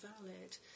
valid